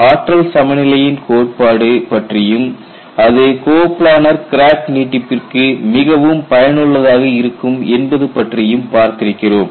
ஆற்றல் சமநிலையின் கோட்பாடு பற்றியும் அது கோப்லானார் கிராக் நீட்டிப்புக்கு மிகவும் பயனுள்ளதாக இருக்கும் என்பது பற்றியும் பார்த்திருக்கிறோம்